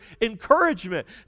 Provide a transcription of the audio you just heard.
encouragement